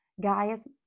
Guys